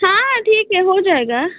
हाँ हाँ ठीक है हो जाएगा